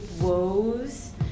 woes